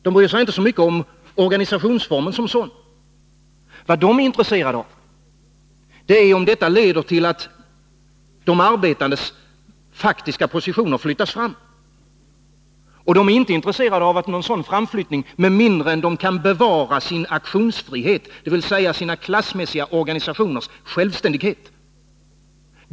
De bryr sig inte så mycket om organisationsformen som sådan, utan de är intresserade av om detta samarbete leder till att de arbetandes faktiska positioner flyttas fram. Och de är inte intresserade av en sådan framflyttning med mindre än att de kan bevara sin aktionsfrihet, dvs. sina organisationers klassmässiga självständighet.